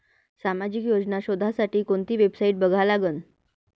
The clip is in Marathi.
सामाजिक योजना शोधासाठी कोंती वेबसाईट बघा लागन?